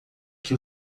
que